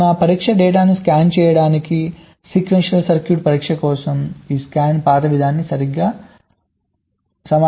ఇది మా పరీక్ష డేటాను స్కాన్ చేయడానికి సీక్వెన్షియల్ సర్క్యూట్ పరీక్ష కోసం ఈ స్కాన్ పాత్ విధానానికి సరిగ్గా సమానంగా ఉంటుంది